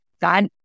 God